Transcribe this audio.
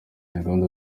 gahunda